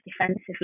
defensively